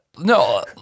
No